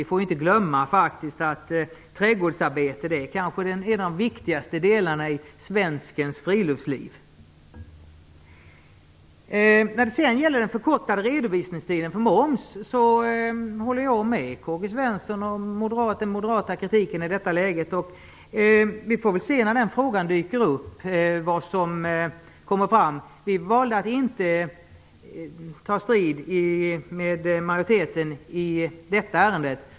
Vi får faktiskt inte glömma att trädgårdsarbete kanske är en av de viktigaste delarna i svenskens friluftsliv. När det sedan gäller den förkortade redovisningstiden för moms håller jag med Karl-Gösta Svenson om den moderata kritiken i detta läge. Vi får se när den frågan dyker upp vad som kommer fram. Vänsterpartiet valde att inte ta strid med majoriteten i detta ärende.